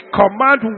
command